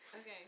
Okay